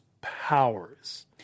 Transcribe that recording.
powers